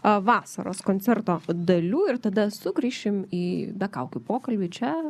vasaros koncerto dalių ir tada sugrįšim į be kaukių pokalbį čia